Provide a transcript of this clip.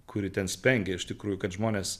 kuri ten spengia iš tikrųjų kad žmonės